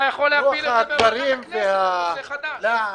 אתה יכול להפיל את זה בכנסת כנושא חדש.